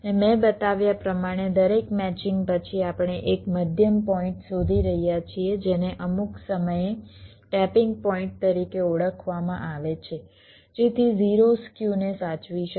અને મેં બતાવ્યા પ્રમાણે દરેક મેચિંગ પછી આપણે એક મધ્યમ પોઇન્ટ શોધી રહ્યા છીએ જેને અમુક સમયે ટેપીંગ પોઇન્ટ તરીકે ઓળખવામાં આવે છે જેથી 0 સ્ક્યુ ને સાચવી શકાય